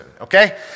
Okay